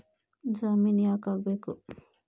ಜಾಮಿನ್ ಯಾಕ್ ಆಗ್ಬೇಕು?